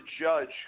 judge